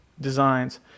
designs